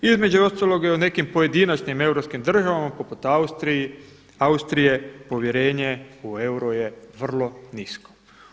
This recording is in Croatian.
Između ostaloga i u nekim pojedinačnim europskim državama poput Austrije, povjerenje u euro je vrlo nisko.